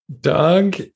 doug